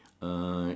uh